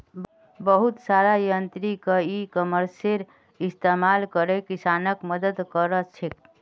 बहुत सारा यांत्रिक इ कॉमर्सेर इस्तमाल करे किसानक मदद क र छेक